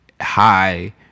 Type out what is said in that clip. High